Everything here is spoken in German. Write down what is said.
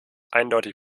eindeutig